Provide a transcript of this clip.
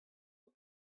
out